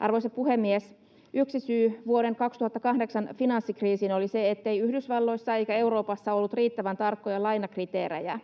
Arvoisa puhemies! Yksi syy vuoden 2008 finanssikriisiin oli se, ettei Yhdysvalloissa eikä Euroopassa ollut riittävän tarkkoja lainakriteerejä.